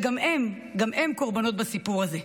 וגם הם, גם הם קורבנות בסיפור הזה.